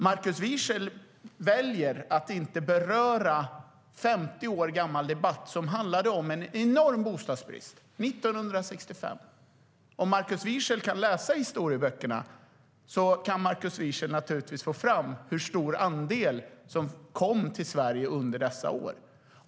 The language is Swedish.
Markus Wiechel väljer att inte beröra en 50 år gammal debatt som handlade om en enorm bostadsbrist, 1965. Om Markus Wiechel kan läsa historieböckerna kan han naturligtvis få fram hur stor andel som kommit till Sverige under dessa år.